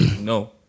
No